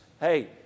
hey